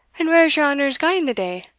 and whare is your honours gaun the day,